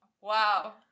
Wow